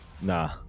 nah